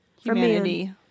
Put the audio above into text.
Humanity